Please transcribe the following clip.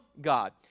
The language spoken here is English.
God